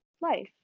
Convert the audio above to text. life